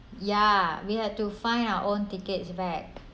ya we have to find our own tickets back